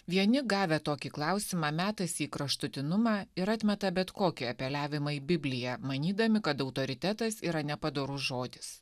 vieni gavę tokį klausimą metasi į kraštutinumą ir atmeta bet kokį apeliavimą į bibliją manydami kad autoritetas yra nepadorus žodis